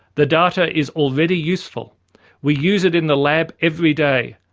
the data is already useful we use it in the lab every day.